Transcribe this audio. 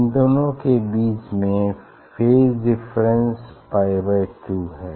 इन दोनों के बीच में phase difference pi by two है